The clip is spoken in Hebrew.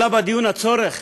עלה בדיון הצורך